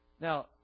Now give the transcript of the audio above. Now